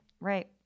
right